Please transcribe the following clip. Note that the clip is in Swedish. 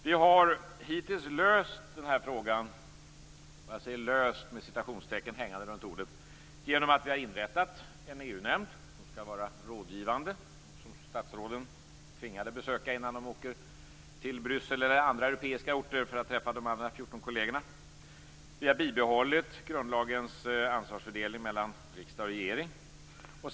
Vi har hittills löst den här frågan - jag säger löst med citationstecken runt ordet - genom att vi har inrättat en EU-nämnd som skall vara rådgivande och som statsråden är tvingade att besöka innan de åker till Bryssel eller andra europeiska orter för att träffa de andra 14 kollegerna. Vi har bibehållit grundlagens ansvarsfördelning mellan riksdag och regering.